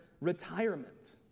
retirement